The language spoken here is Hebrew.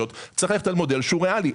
צריך ללכת על מודל שהוא ריאלי.